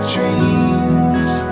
dreams